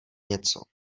něco